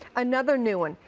another new one,